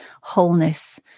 wholeness